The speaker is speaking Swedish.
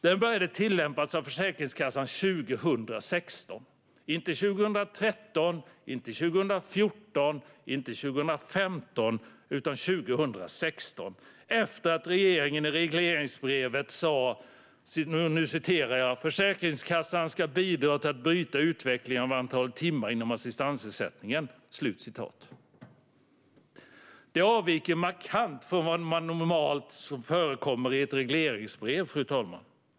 Den började tillämpas av Försäkringskassan 2016 - inte 2013, inte 2014, inte 2015, utan 2016 - efter det att regeringen i regleringsbrevet skrev: "Försäkringskassan ska bidra till att bryta utvecklingen av antalet timmar inom assistansersättningen." Det avviker markant från vad som normalt förekommer i ett regleringsbrev.